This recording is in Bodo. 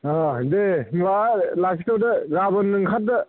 ओह दे होमबा लाखिथ'दो गाबोन ओंखारदो